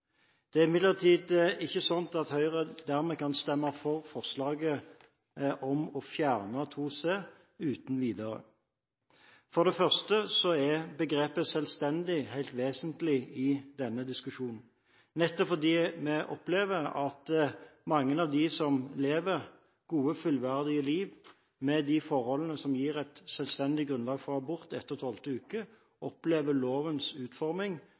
Det er imidlertid ikke sånn at Høyre dermed kan stemme for forslaget om å fjerne § 2 c uten videre. For det første er begrepet «selvstendig» helt vesentlig i denne diskusjonen, nettopp fordi vi opplever at mange av dem som lever gode, fullverdige liv med de forholdene som gir et selvstendig grunnlag for abort etter 12. uke, opplever lovens utforming